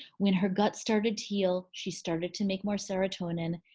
when her gut started to heal she started to make more serotonin.